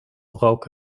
rook